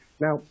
Now